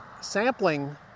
sampling